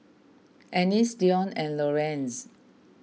Ennis Deon and Lorenz